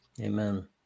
Amen